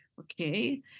Okay